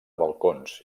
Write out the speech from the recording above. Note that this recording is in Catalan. balcons